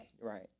Right